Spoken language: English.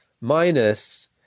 minus